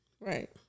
Right